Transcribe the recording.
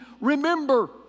remember